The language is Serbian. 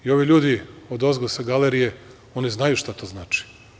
I ovi ljudi odozgo, sa galerije, znaju šta to znači.